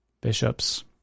bishops